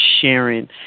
sharing